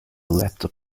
laptop